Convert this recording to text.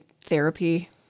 therapy